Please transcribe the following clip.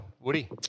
Woody